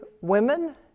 women